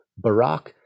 barack